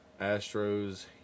Astros